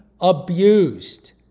abused